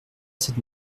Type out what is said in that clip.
cette